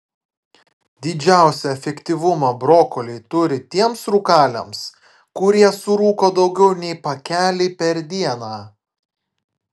didžiausią efektyvumą brokoliai turi tiems rūkaliams kurie surūko daugiau nei pakelį per dieną